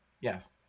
Yes